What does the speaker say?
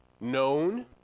known